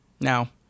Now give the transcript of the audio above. Now